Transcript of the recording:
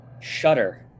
shutter